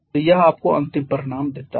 तो यह आपको अंतिम परिणाम देता है